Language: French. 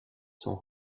sont